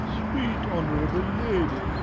sweet honourable lady!